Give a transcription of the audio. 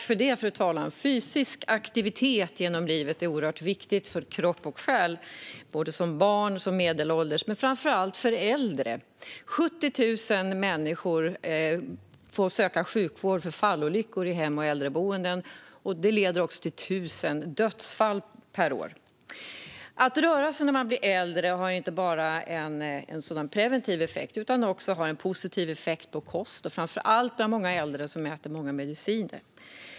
Fru talman! Fysisk aktivitet genom livet är oerhört viktigt för kropp och själ såväl för barn som för medelålders och framför allt för äldre. 70 000 människor får söka vård för fallolyckor i hem och äldreboenden, och det leder också till 1 000 dödsfall per år. Att röra sig när man blir äldre har inte bara en preventiv effekt utan också en positiv effekt på kosthållningen, framför allt bland många äldre som äter många mediciner.